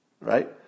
Right